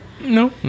No